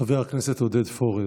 חבר הכנסת עודד פורר,